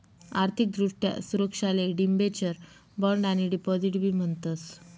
आर्थिक दृष्ट्या सुरक्षाले डिबेंचर, बॉण्ड आणि डिपॉझिट बी म्हणतस